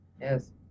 yes